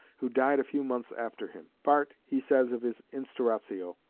who died a few months after him. part, he says, of his instauratio,